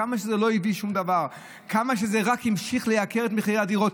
כמה שזה לא הביא שום דבר וכמה שזה רק המשיך לייקר את מחירי הדירות,